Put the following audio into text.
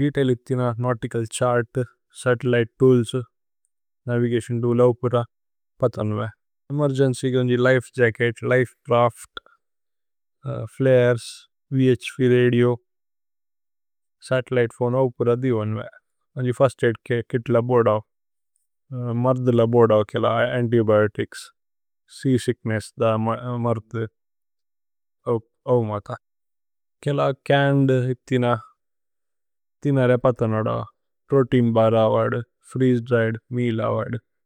ദേതൈല് ഇഥി ന nautical chart satellite tools. Navigation tool ന ഓവു പൂര പതന്വേ ഏമേര്ഗേന്ച്യ്। ഗന്ജി life jacket, life raft, flares, വ്ഹ്വ് രദിഓ। സതേല്ലിതേ ഫോനേ ന ഓവു പൂര ദി വന്വേ മന്ജി। ഫിര്സ്ത് ഐദ് കിത് ല ബോഅര്ദ മര്ദു ല ബോഅര്ദ। അന്തിബിഓതിച്സ് സേഅസിച്ക്നേസ്സ് ദ। മര്ദു കേല ചന്നേദ് ഇഥി ന ഇഥി നരേ പത ന। ദോ പ്രോതേഇന് ബര avoid freeze dried meal avoid.